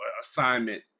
assignment